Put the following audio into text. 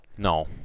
No